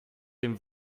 dem